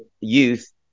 youth